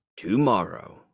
tomorrow